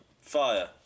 Fire